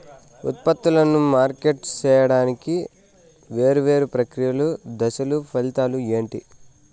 ఉత్పత్తులను మార్కెట్ సేయడానికి వేరువేరు ప్రక్రియలు దశలు ఫలితాలు ఏంటి?